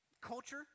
Culture